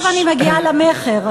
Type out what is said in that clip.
ועכשיו אני מגיעה למכר.